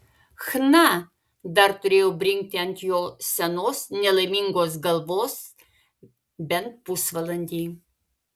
chna dar turėjo brinkti ant jo senos nelaimingos galvos bent pusvalandį